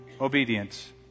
obedience